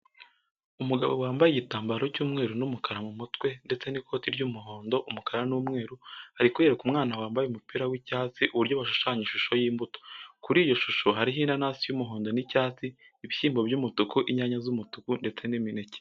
Umugabo wambaye igitambaro cy'umweru n'umukara mu mutwe ndetse n'ikoti ry'umuhondo, umukara n'umweru, ari kwereka umwana wambaye umupira w'icyatsi uburyo bashushanya ishusho y'imbuto. Kuri iyo shusho hariho inanasi y'umuhondo n'icyatsi, ibishyimbo by'umutuku, inyanya z'umutuku ndetse n'imineke.